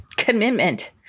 commitment